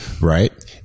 right